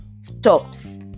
stops